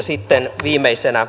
sitten viimeisenä